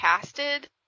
casted